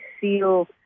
feel